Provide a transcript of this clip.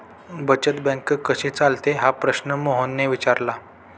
बचत बँक कशी चालते हा प्रश्न मोहनने विचारला?